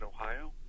ohio